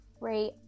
great